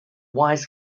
wires